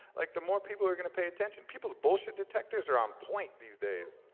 like the more people are gonna pay attention. people's bullshit detectors are on point these days.